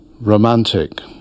romantic